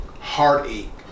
heartache